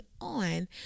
on